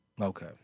Okay